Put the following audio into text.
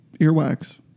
Earwax